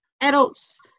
adults